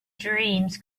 dreams